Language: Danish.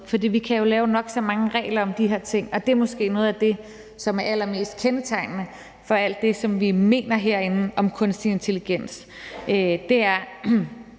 kan vi jo lave nok så mange regler om de her ting. Det er måske noget af det, som er allermest kendetegnende for alt det, som vi mener herinde om kunstig intelligens: Der er